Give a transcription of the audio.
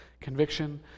conviction